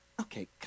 okay